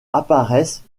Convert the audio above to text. apparaissent